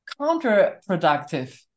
counterproductive